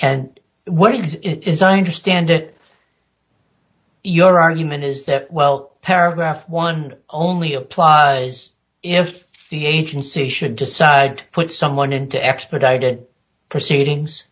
and what it is i understand it your argument is that well paragraph one only applies if the agency should decide to put someone into expedited proceedings